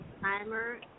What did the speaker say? timer